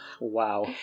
Wow